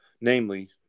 namely